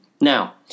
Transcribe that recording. Now